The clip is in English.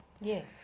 Yes